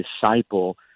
disciple